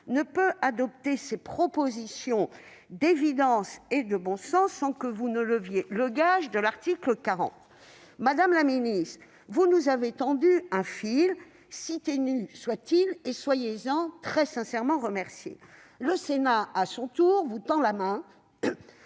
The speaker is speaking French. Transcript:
ne peut adopter ces propositions d'évidence et de bon sens sans que vous leviez le gage de l'article 40 de la Constitution. Madame la ministre, vous nous avez tendu un fil, si ténu soit-il, soyez-en sincèrement remerciée. Le Sénat, à son tour, vous tend la main